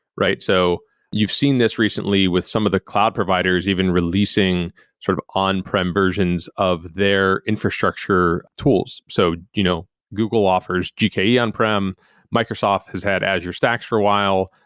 right? so you've seen this recently with some of the cloud providers even releasing sort of on-prem versions of their infrastructure tools. so you know google offers to gke on-prem. microsoft has had azure stacks for a while,